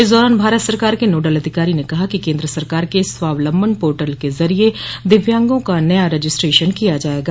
इस दौरान भारत सरकार के नोडल अधिकारी ने कहा कि केंद्र सरकार के स्वावलंबन पोर्टल के जरिए दिव्यांगों का नया रजिस्ट्रेशन किया जाएगा